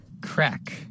Crack